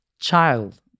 child